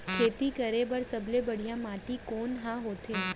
खेती करे बर सबले बढ़िया माटी कोन हा होथे?